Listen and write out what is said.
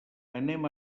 anem